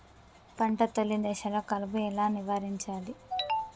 పంట తొలి దశలో కలుపు ఎలా నివారించాలి?